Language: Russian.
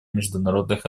международных